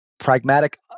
pragmatic